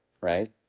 right